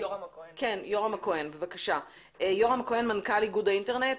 נאפשר ליורם הכהן, מנכ"ל איגוד האינטרנט.